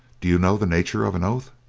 do you know the nature of an oath?